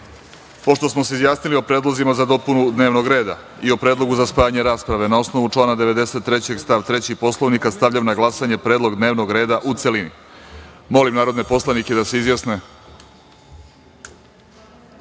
smo se izjasnili o predlozima za dopunu dnevnog reda i o predlogu za spajanje rasprave, na osnovu člana 93. stava 3. Poslovnika, stavljam na glasanje predlog dnevnog reda u celini. Molim narodne poslanike da se